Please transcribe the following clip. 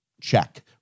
check